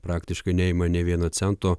praktiškai neima nė vieno cento